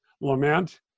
lament